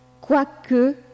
Quoique